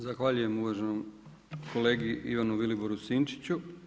Zahvaljujem uvaženom kolegi Ivanu Viliboru Sinčiću.